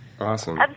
Awesome